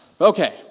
Okay